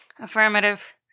Affirmative